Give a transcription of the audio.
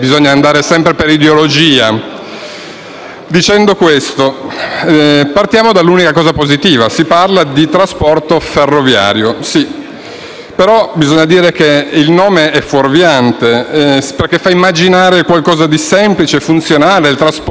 ideologia. Partiamo dall'unica cosa positiva: si parla di trasporto ferroviario. Sì, però bisogna dire che il nome è fuorviante perché fa immaginare qualcosa di semplice e funzionale: il trasporto dei camion sul ferro,